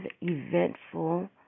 eventful